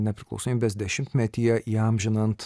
nepriklausomybės dešimtmetyje įamžinant